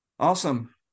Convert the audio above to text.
awesome